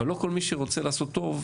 אבל לא כל מי שרוצה לעשות טוב,